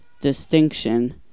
Distinction